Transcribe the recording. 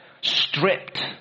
stripped